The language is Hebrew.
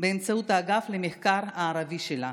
באמצעות האגף למחקר הערבי שלה.